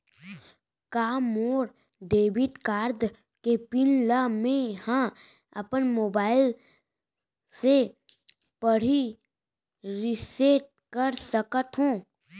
का मोर debit card के पिन ल मैं ह अपन मोबाइल से पड़ही रिसेट कर सकत हो?